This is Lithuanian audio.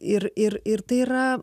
ir ir ir tai yra